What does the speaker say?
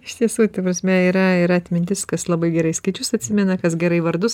iš tiesų ta prasme yra ir atmintis kas labai gerai skaičius atsimena kas gerai vardus